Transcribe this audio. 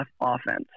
offense